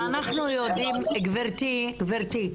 --- גבירתי,